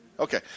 Okay